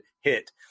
hit